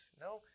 No